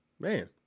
Man